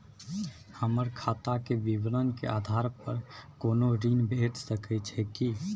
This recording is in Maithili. हमर खाता के विवरण के आधार प कोनो ऋण भेट सकै छै की?